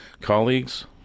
colleagues